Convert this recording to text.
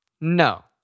No